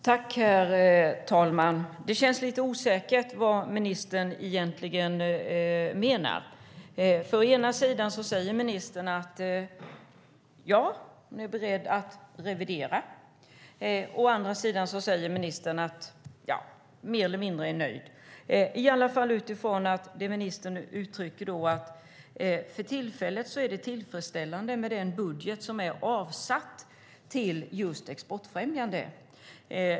Herr talman! Det känns lite osäkert vad ministern egentligen menar. Å ena sidan säger ministern att hon är beredd att revidera. Å andra sidan säger ministern att hon mer eller mindre är nöjd, i alla fall utifrån att ministern uttrycker att det för tillfället är tillfredsställande med den budget som är avsatt för just exportfrämjandet.